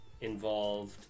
involved